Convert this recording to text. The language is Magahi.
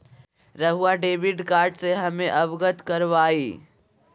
रहुआ डेबिट कार्ड से हमें अवगत करवाआई?